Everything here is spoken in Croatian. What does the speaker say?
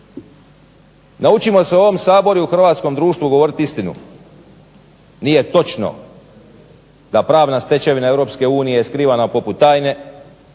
Naučimo se u ovom saboru i u hrvatskom društvu govoriti istinu. Nije točno da pravna stečevina EU skrivana poput tajne,